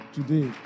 today